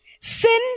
sin